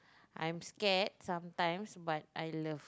I'm scared sometimes but I love